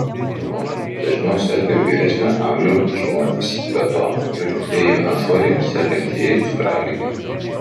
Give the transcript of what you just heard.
rože dažniau serga vyresnio amžiaus žmonės be to turintieji antsvorį sergantieji cukralige